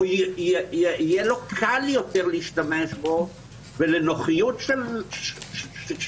יהיה לו קל יותר להשתמש בו ולנוחיות של שלטונו,